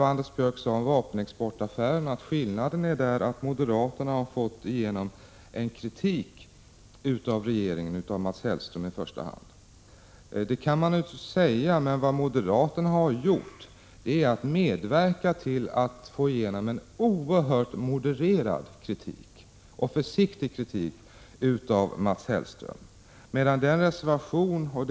Exempelvis i fråga om vapenexportaffärerna sade Anders Björck att skillnaden är den att moderaterna har fått igenom en kritik av regeringen och i första hand av Mats Hellström. Det kan man naturligtvis säga. Men vad moderaterna har gjort är att de medverkat till att få igenom en oerhört modererad och försiktig kritik av Mats Hellström i utskottets skrivning.